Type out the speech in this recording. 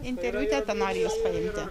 interviu teta nori jus paimti